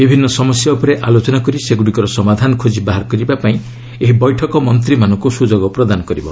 ବିଭିନ୍ନ ସମସ୍ୟା ଉପରେ ଆଲୋଚନା କରି ସେଗୁଡ଼ିକର ସମାଧାନ ଖୋକି ବାହାର କରିବାପାଇଁ ଏହି ବୈଠକ ମନ୍ତ୍ରୀମାନଙ୍କୁ ସୁଯୋଗ ପ୍ରଦାନ କରିବ